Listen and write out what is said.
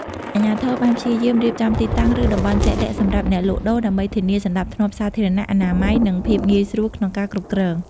អាជ្ញាធរបានព្យាយាមរៀបចំទីតាំង ឬ តំបន់ជាក់លាក់សម្រាប់អ្នកលក់ដូរ ដើម្បីធានាសណ្តាប់ធ្នាប់សាធារណៈ អនាម័យ និងភាពងាយស្រួលក្នុងការគ្រប់គ្រង ។